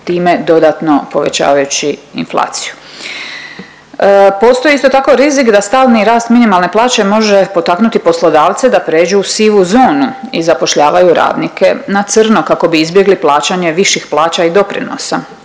time dodatno povećavajući inflaciju. Postoji isto tako rizik da stalni rast minimalne plaće može potaknuti poslodavce da prijeđu u sivu zonu i zapošljavaju radnike na crno, kako bi izbjegli plaćanje viših plaća i doprinosa.